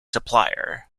supplier